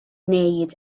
wneud